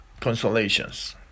Consolations